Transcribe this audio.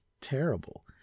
terrible